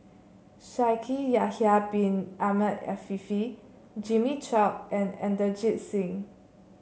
Shaikh Yahya Bin Ahmed Afifi Jimmy Chok and Inderjit Singh